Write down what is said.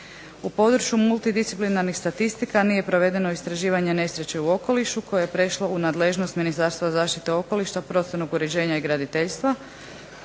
U Području multidisciplinarnih statistika nije provedeno istraživanje nesreće u okolišu koje je prešlo u nadležnost Ministarstva zaštite okoliša prostornog uređenja i graditeljstva